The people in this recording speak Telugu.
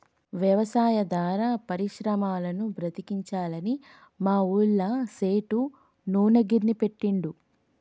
వ్యవసాయాధార పరిశ్రమలను బతికించాలని మా ఊళ్ళ సేటు నూనె గిర్నీ పెట్టిండు